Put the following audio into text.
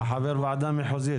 אתה חבר ועדה מחוזית.